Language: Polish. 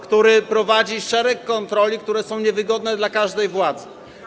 który prowadzi szereg kontroli, które są niewygodne dla każdej władzy.